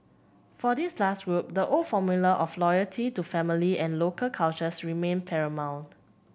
for this last group the old formula of loyalty to family and local cultures remained paramount